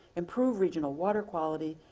improve regional water quality,